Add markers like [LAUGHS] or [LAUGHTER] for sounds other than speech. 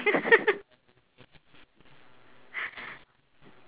[LAUGHS]